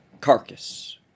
carcass